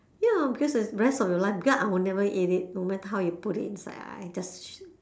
ya because it's rest of your life because I'll never eat it no matter how you put it inside I just